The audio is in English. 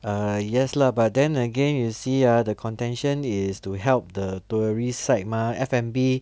err yes lah but then again you see ah the contention is to help the tourist site mah F&B